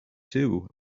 too